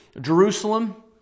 Jerusalem